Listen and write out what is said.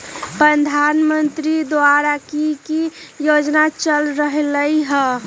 प्रधानमंत्री द्वारा की की योजना चल रहलई ह?